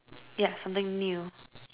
ya something new